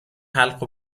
حلق